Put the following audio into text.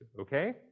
okay